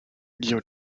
you